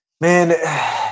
Man